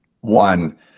one